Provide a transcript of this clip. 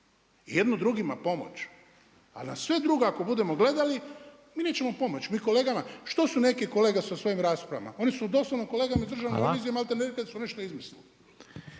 jedno drugima pomoć, ali na sve drugo ako budemo gledali mi nećemo pomoći kolegama. Što su neki kolega sa svojim raspravama, oni su doslovno kolegama iz Državne revizije malte ne da su nešto izmislili.